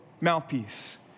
mouthpiece